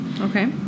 Okay